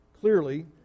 clearly